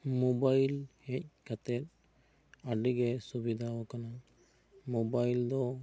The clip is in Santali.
ᱢᱳᱵᱟᱭᱤᱞ ᱦᱮᱡ ᱠᱟᱛᱮᱫ ᱟᱹᱵᱤ ᱜᱮ ᱥᱩᱵᱤᱫᱟ ᱟᱠᱟᱱᱟ ᱢᱳᱵᱟᱭᱤᱞ ᱫᱚ